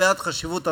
מפאת חשיבות הנושא.